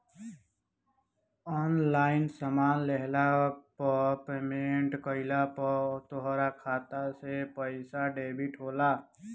online सामान लेहला पअ पेमेंट कइला पअ तोहरी खाता से पईसा डेबिट होला